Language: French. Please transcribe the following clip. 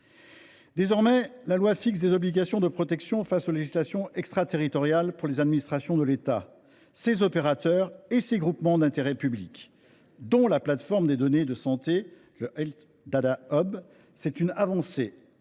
Désormais, la loi fixera des obligations de protection face aux législations extraterritoriales pour les administrations de l’État, ses opérateurs et ses groupements d’intérêt public (GIP),… Très bien !… dont la plateforme des données de santé, le Health Data Hub. C’est une avancée